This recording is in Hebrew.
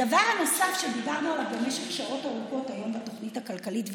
הדבר הנוסף שדיברנו עליו במשך שעות ארוכות היום בתוכנית הכלכלית,